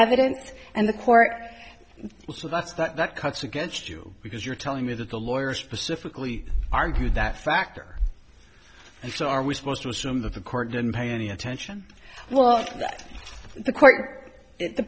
evidence and the court so that's that cuts against you because you're telling me that the lawyers specifically argued that factor and so are we supposed to assume that the court can pay any attention well to the court the